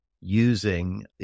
using